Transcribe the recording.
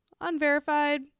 unverified